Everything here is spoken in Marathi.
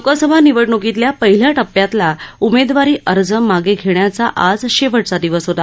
लोकसभा निवडणुकीतल्या पहिल्या टप्प्यातला उमेदवारी अर्ज मागे घेण्याचा आज शेवटचा दिवस होता